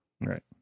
Right